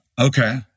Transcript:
Okay